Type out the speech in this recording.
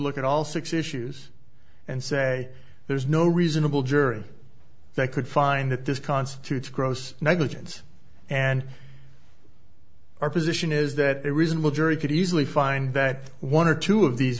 look at all six issues and say there's no reasonable jury they could find that this constitutes gross negligence and our position is that a reasonable jury could easily find that one or two of these